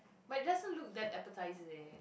but it doesn't look that appetizer leh